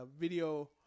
video